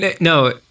No